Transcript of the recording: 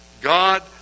God